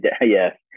Yes